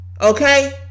Okay